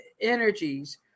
energies